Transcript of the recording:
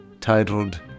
titled